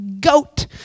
GOAT